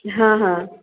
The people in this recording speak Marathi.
हां हां